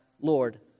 Lord